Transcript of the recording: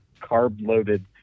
carb-loaded